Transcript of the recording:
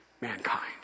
mankind